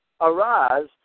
Arise